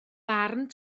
barn